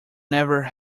never